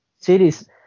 series